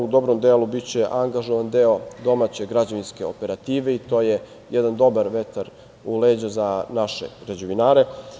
U dobrom delu biće angažovan deo domaće građevinske operative i to je jadan dobar vetar u leđa za naše građevinare.